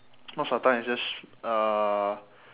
most of the time it's just uh